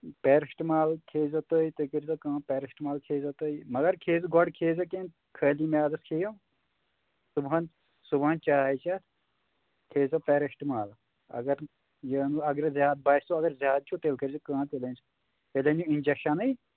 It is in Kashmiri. پٮ۪رسٹمال کھیزیو تُہۍ تُہۍ کٔرۍ زیو کٲم پٮ۪رسٹمال کھیزیو تُہۍ مگر کھیزیٚو گۄڈٕ کھیزیو کیٚنٛہہ خٲلی میادَس کھیٚیِو صُبحن صُبحَن چاے چتھ کھیےزیو پیرسٹمال اگر یہِ اگر زیادٕ باسیٚو اگرے زیادٕ چھُ تیٚلہِ کٔرزیو کٲم تیٚلہِ أنِو اِنجَکشَنٕے